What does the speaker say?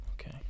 okay